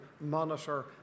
monitor